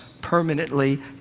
permanently